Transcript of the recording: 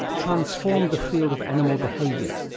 transformed the field of animal behaviour.